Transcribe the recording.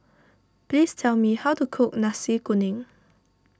please tell me how to cook Nasi Kuning